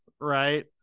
right